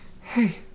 hey